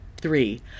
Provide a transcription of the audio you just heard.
three